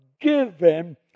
given